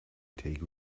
take